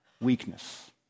weakness